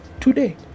today